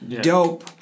Dope